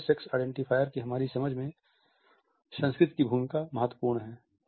postural sex identifier की हमारी समझ में संस्कृति की भूमिका महत्वपूर्ण है